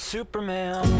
Superman